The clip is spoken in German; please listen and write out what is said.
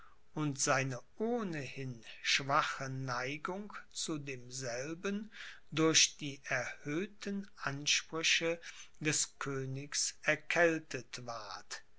und seine ohnehin schwache neigung zu demselben durch die erhöhten ansprüche des königs erkältet ward